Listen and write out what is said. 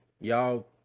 Y'all